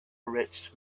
rich